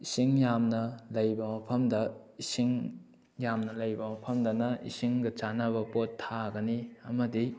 ꯏꯁꯤꯡ ꯌꯥꯝꯅ ꯂꯩꯕ ꯃꯐꯝꯗ ꯏꯁꯤꯡ ꯌꯥꯝꯅ ꯂꯩꯕ ꯃꯐꯝꯗꯅ ꯏꯁꯤꯡꯒ ꯆꯥꯅꯕ ꯄꯣꯠ ꯊꯥꯒꯅꯤ ꯑꯃꯗꯤ